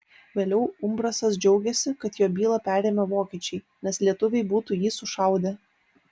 vėliau umbrasas džiaugėsi kad jo bylą perėmė vokiečiai nes lietuviai būtų jį sušaudę